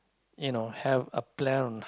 you know have a plan